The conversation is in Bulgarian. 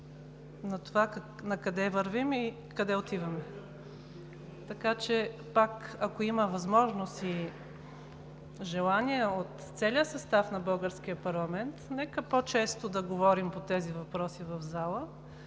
на това накъде вървим и къде отиваме. Така че, ако има възможност и желание от целия състав на българския парламент, нека по-често да говорим по тези въпроси в залата,